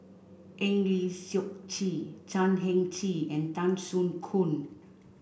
Eng Lee Seok Chee Chan Heng Chee and Tan Soo Khoon